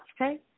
okay